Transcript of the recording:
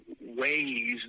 ways